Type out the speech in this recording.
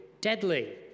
deadly